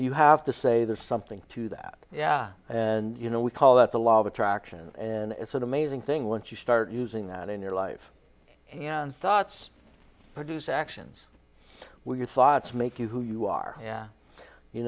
you have to say there's something to that yeah and you know we call that the law of attraction and it's an amazing thing once you start using that in your life and starts produce actions were your thoughts make you who you are y